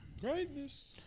greatness